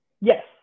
Yes